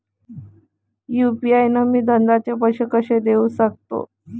UPI न मी धंद्याचे पैसे कसे देऊ सकतो?